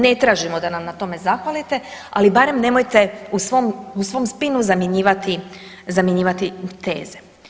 Ne tražimo da nam na tome zahvalite, ali barem nemojte u svom spinu zamjenjivati teze.